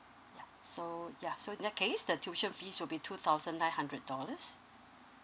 ya so ya so in that case the tuition fees will be two thousand nine hundred dollars